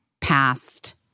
past